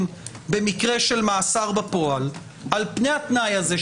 במקרה של מאסר בפועל על פני התנאי הזה,